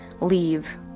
leave